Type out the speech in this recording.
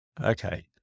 Okay